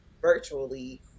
virtually